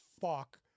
fuck